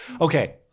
Okay